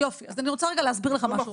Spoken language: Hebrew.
יופי, אז אני רוצה רגע להסביר לך משהו.